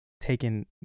taken